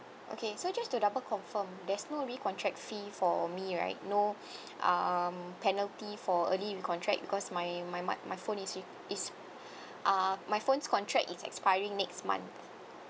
okay so just to double confirm there's no recontract fee for me right no um penalty for early recontract because my my my my phone is is uh my phone's contract is expiring next month